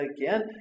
again